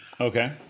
Okay